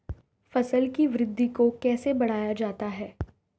फसल की वृद्धि को कैसे बढ़ाया जाता हैं?